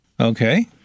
Okay